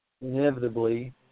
inevitably